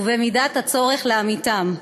ובמידת הצורך להמיתם.